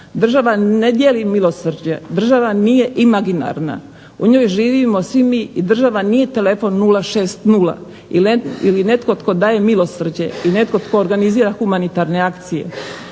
Država ne dijeli milosrđe, država nije imaginarna. U njoj živimo svi mi i država nije telefon 060 ili netko tko daje milosrđe ili netko tko organizira humanitarne akcije.